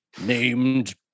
named